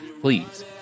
please